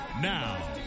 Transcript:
Now